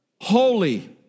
Holy